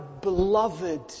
beloved